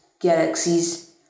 galaxies